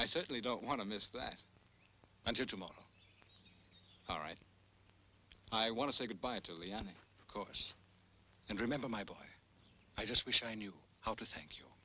i certainly don't want to miss that until tomorrow all right i want to say good bye to leon course and remember my boy i just wish i knew how to thank you